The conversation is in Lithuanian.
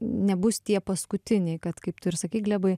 nebus tie paskutiniai kad kaip tu ir sakei glebai